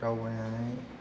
दावबायनानै